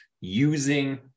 using